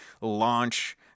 launch